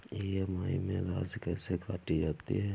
EMI में राशि कैसे काटी जाती है?